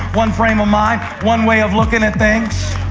one frame of mind, one way of looking at things.